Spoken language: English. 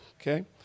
okay